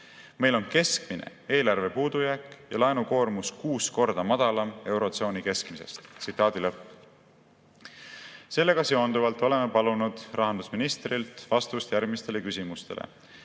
meil on keskmine eelarve puudujääk ja laenukoormus kuus korda madalam eurotsooni keskmisest." Sellega seonduvalt oleme palunud rahandusministrilt vastust järgmistele küsimustele.